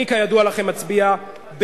אני, כידוע לכם, אצביע בעד,